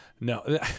No